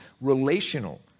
relational